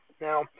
Now